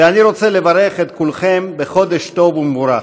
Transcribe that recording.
ואני רוצה לברך את כולכם בחודש טוב ומבורך.